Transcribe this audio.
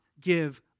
give